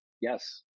Yes